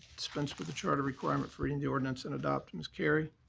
dispense with the charter requirement for reading the ordinance and adopt. ms. carry.